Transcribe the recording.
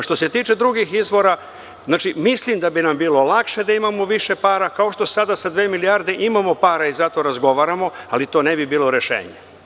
Što se tiče drugih izvora, mislim da bi nam bilo lakše da imamo više para, kao što sada sa dve milijarde imamo para i sada razgovaramo, ali to ne bi bilo rešenje.